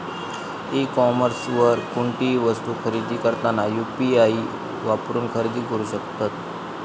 E कॉमर्सवर कोणतीही वस्तू खरेदी करताना यू.पी.आई वापरून खरेदी करू शकतत